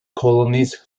colonies